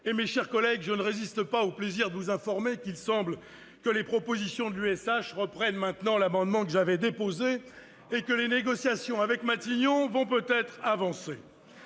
mes chers collègues, je ne résiste pas au plaisir de vous informer qu'il semble que les propositions de l'USH reprennent maintenant l'amendement que j'avais déposé ; les négociations avec Matignon vont peut-être avancer.